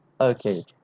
okay